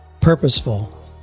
purposeful